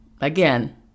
Again